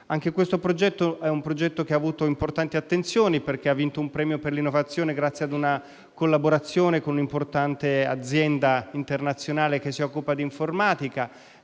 Anche questo progetto ha ricevuto importanti attenzioni, perché ha vinto un premio per l'innovazione grazie a una collaborazione con un'importante azienda internazionale che si occupa di informatica,